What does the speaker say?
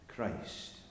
Christ